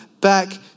back